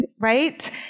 Right